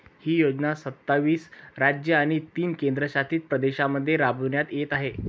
ही योजना सत्तावीस राज्ये आणि तीन केंद्रशासित प्रदेशांमध्ये राबविण्यात येत आहे